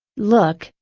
look,